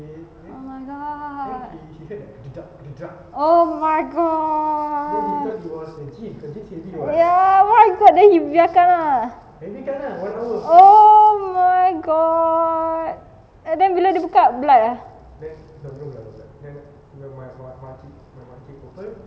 oh my god oh my god ya why got then he biarkan ah oh my god then bila dia buka blood ah